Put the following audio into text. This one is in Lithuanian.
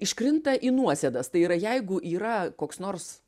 iškrinta į nuosėdas tai yra jeigu yra koks nors